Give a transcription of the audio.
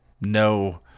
no